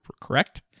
correct